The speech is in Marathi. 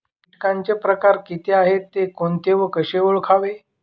किटकांचे प्रकार किती आहेत, ते कोणते व कसे ओळखावे?